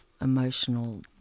emotional